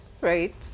right